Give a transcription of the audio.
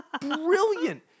brilliant